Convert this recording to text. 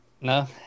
No